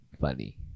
funny